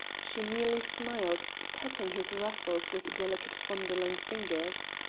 she merely smiled, patting his ruffles with delicate fondling fingers.